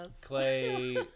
clay